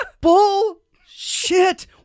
Bullshit